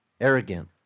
arrogant